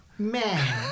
Man